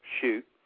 shoot